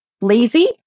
lazy